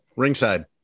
Ringside